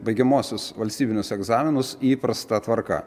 baigiamuosius valstybinius egzaminus įprasta tvarka